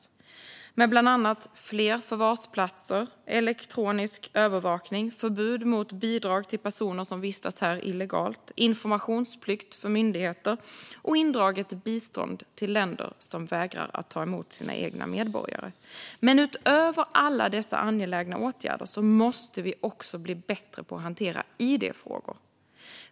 Vi föreslår bland annat fler förvarsplatser, elektronisk övervakning, förbud mot bidrag till personer som vistas här illegalt, informationsplikt för myndigheter och indraget bistånd till länder som vägrar att ta emot sina egna medborgare. Men utöver alla dessa angelägna åtgärder måste vi bli bättre på att hantera id-frågor.